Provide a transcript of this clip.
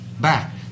back